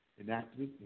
enacted